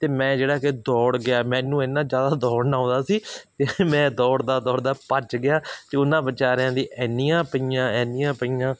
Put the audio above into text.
ਅਤੇ ਮੈਂ ਜਿਹੜਾ ਕਿ ਦੌੜ ਗਿਆ ਮੈਨੂੰ ਇੰਨਾ ਜ਼ਿਆਦਾ ਦੌੜਨਾ ਆਉਂਦਾ ਸੀ ਮੈਂ ਦੌੜਦਾ ਦੌੜਦਾ ਭੱਜ ਗਿਆ ਅਤੇ ਉਹਨਾਂ ਬੇਚਾਰਿਆਂ ਦੇ ਇੰਨੀਆਂ ਪਈਆਂ ਇੰਨੀਆਂ ਪਈਆਂ